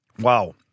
Wow